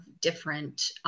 different